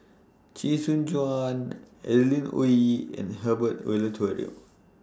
Chee Soon Juan Adeline Ooi and Herbert Eleuterio